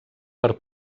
per